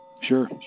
Sure